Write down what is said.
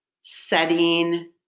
setting